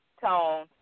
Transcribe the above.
tone